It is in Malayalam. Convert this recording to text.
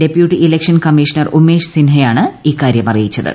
ഡെപ്യൂട്ടി ഇലക്ഷൻ കമ്മീഷണർ ഉമേഷ് സിൻഹയാണ് ഇക്കാര്യം അറിയിച്ചത്